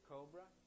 Cobra